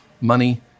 Money